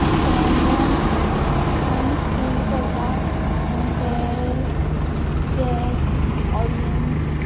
सोंगान songs feel करता आनी ते जे ऑडियन्स